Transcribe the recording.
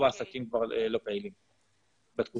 העסקים כבר לא פעילים בתקופה הזאת.